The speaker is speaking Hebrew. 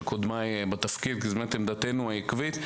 קודמיי בתפקיד כי זה באמת עמדתנו העקבית,